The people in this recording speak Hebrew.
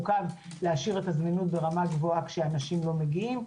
להשאיר את הזמינות ברמה גבוהה כשאנשים לא מגיעים.